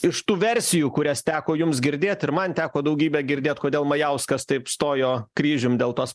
iš tų versijų kurias teko jums girdėti ir man teko daugybę girdėt kodėl majauskas taip stojo kryžium dėl tos